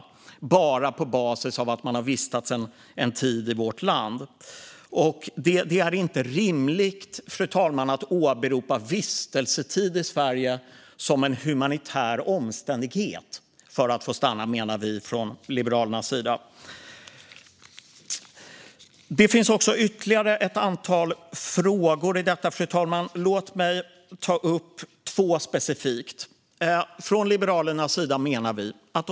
Och det kommer att ske bara på basis av att de har vistats en tid i vårt land. Det är inte rimligt, fru talman, att åberopa vistelsetid i Sverige som en humanitär omständighet för att få stanna, menar vi i Liberalerna. Fru talman! Det finns ytterligare ett antal frågor i detta betänkande. Låt mig ta upp två av dem specifikt!